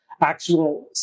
actual